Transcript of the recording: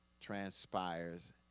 transpires